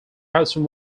hudson